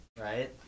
right